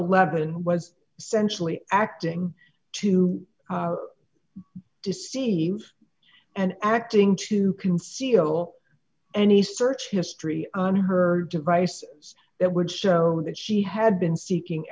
weapon was sensually acting to deceive and acting to conceal any search history on her devices that would show that she had been seeking